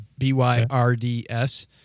B-Y-R-D-S